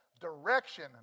Direction